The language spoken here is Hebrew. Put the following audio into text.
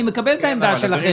אני מקבל את העמדה שלכם.